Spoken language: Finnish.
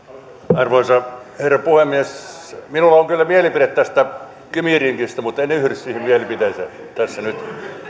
arvoisa herra puhemies minulla on kyllä mielipide tästä kymi ringistä mutta en ryhdy siihen mielipiteeseen tässä nyt